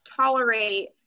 tolerate